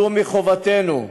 זו חובתנו,